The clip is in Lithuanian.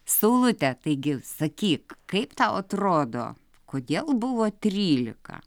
saulute taigi sakyk kaip tau atrodo kodėl buvo trylika